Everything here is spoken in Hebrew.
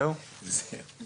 תודה, נמשיך.